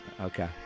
Okay